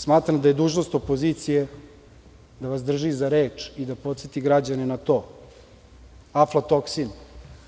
Smatram da je dužnost opozicije da vas drži za reč i da podseti građane na to, aflatoksin,